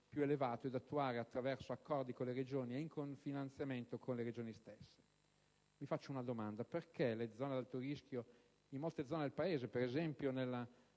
più elevato, da attuare attraverso accordi con le Regioni e in cofinanziamento con le Regioni stesse. Pongo una domanda: per quale motivo le zone ad alto rischio in molte zone del Paese, per esempio nella